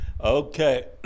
Okay